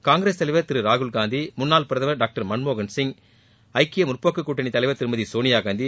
காங்கிரஸ் தலைவர் திரு ராகுல்காந்தி முன்னாள் பிரதமர் டாங்டர் மன்மோகன்சிங் ஐக்கிய முற்போக்குக்கூட்டணித்தலைவர் திருமதி சோனியாகாந்தி